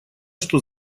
что